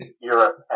Europe